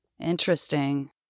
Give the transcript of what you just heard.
Interesting